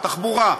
תחבורה,